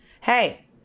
Hey